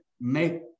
make